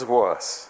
worse